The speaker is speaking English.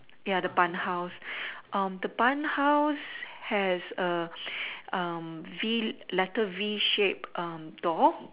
ya the bun house the bun house has A V letter V shape door